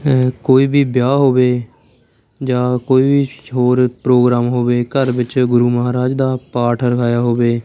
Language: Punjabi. ਕੋਈ ਵੀ ਵਿਆਹ ਹੋਵੇ ਜਾਂ ਕੋਈ ਵੀ ਹੋਰ ਪ੍ਰੋਗਰਾਮ ਹੋਵੇ ਘਰ ਵਿੱਚ ਗੁਰੂ ਮਹਾਰਾਜ ਦਾ ਪਾਠ ਰਖਾਇਆ ਹੋਵੇ